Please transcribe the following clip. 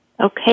Okay